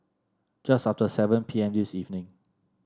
just after seven P M this evening